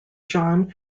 john